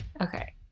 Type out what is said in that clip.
Okay